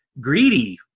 greedy